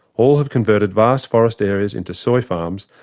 all have converted vast forest areas into soy farms,